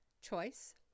choice